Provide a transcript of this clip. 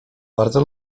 bardzo